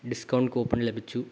discount coupon ലഭിച്ചു